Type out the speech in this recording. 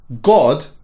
god